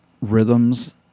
rhythms